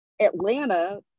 Atlanta